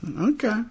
Okay